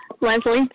Leslie